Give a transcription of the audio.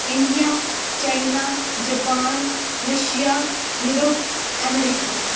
India China Japan Russia Europe America